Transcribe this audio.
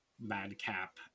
madcap